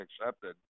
accepted